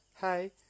Hi